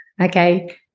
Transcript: okay